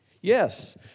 Yes